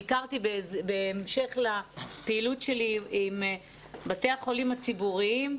ביקרתי שם בהמשך לפעילות שלי עם בתי החולים הציבוריים.